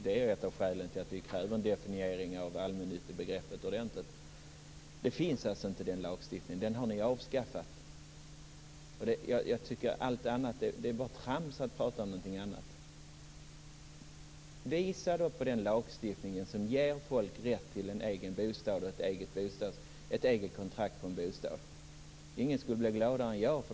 Det är ett av skälen till att vi kräver en ordentlig definiering av begreppet allmännyttan. Denna lagstiftning finns alltså inte. Den har ni avskaffat. Jag tycker att det är bara trams att prata om någonting annat. Visa då på den lagstiftning som ger människor rätt till en egen bostad och ett eget kontrakt på en bostad. Ingen skulle bli gladare än jag.